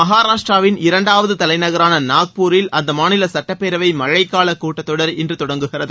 மகாராஷ்டிராவின் இரண்டாவது தலைநகரான நாக்பூரில் அந்த மாநில சுட்டப்பேரவை மழைக்கால கூட்டத்த தொடர் இன்று தொடங்குகிறது